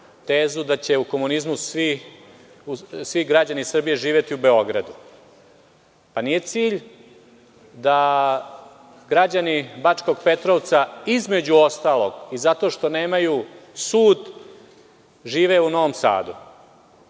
tezu da će u komunizmu svi građani Srbije živeti u Beogradu. Nije cilj da građani Bačkom Petrovca između ostalog i zato što nemaju sud žive u Novom Sadu